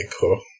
cool